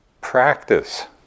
practice